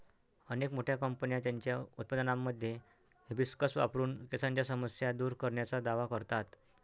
अनेक मोठ्या कंपन्या त्यांच्या उत्पादनांमध्ये हिबिस्कस वापरून केसांच्या समस्या दूर करण्याचा दावा करतात